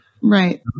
right